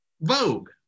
vogue